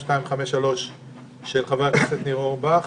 פ/2253/24 של ח"כ ניר אורבך